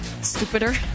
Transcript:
Stupider